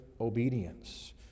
obedience